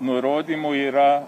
nurodymu yra